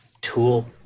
tool